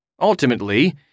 Ultimately